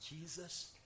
Jesus